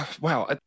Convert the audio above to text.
wow